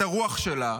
את הרוח שלה,